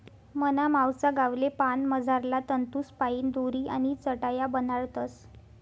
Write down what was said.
मना मावसा गावले पान मझारला तंतूसपाईन दोरी आणि चटाया बनाडतस